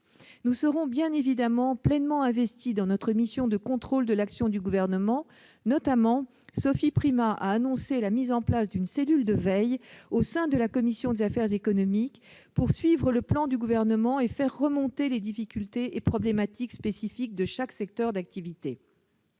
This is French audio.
nous investirons bien entendu pleinement dans notre mission de contrôle de l'action du Gouvernement. Sophie Primas a notamment annoncé la mise en place d'une cellule de veille au sein de la commission des affaires économiques pour suivre la mise en oeuvre du plan du Gouvernement et faire remonter les difficultés et problématiques spécifiques de chaque secteur d'activité.